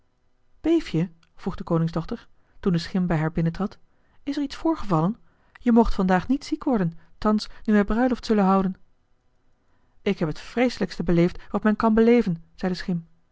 je vroeg de koningsdochter toen de schim bij haar binnentrad is er iets voorgevallen je moogt vandaag niet ziek worden thans nu wij bruiloft zullen houden ik heb het vreeselijkste beleefd wat men kan beleven zei de schim